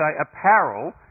apparel